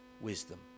wisdom